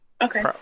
Okay